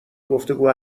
گفتگو